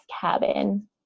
cabin